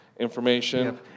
information